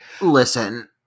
listen